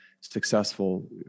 successful